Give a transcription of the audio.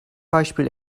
beispiel